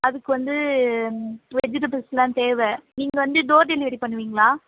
அதுக்கு வந்து வெஜிடபுள்ஸ்லாம் தேவை நீங்கள் வந்து டோர் டெலிவரி பண்ணுவீங்களா